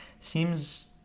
Seems